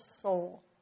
soul